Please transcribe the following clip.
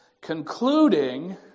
concluding